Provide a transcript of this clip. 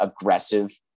aggressive